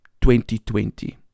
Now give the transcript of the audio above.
2020